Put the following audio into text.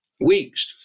Weeks